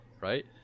right